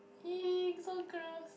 so gross